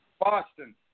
Boston